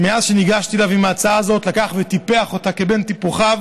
שמאז ניגשתי אליו עם ההצעה הזאת הוא לקח וטיפח אותה כבן טיפוחיו,